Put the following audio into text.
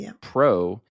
pro